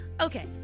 Okay